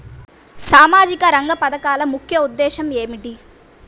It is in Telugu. సామాజిక రంగ పథకాల ముఖ్య ఉద్దేశం ఏమిటీ?